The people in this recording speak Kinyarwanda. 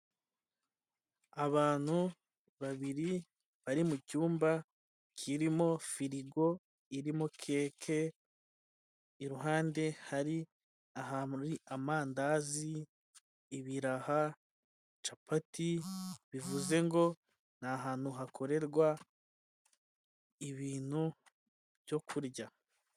Abantu babiri bari mu cyumba kirimo firigo irimo keke, iruhande hari ahantu hari amandazi, ibiraha, capati, bivuze ngo ni ahantu hakorerwa ibintu byo kurya.